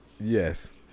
yes